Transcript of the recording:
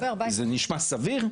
זה נשמע סביר?